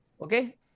okay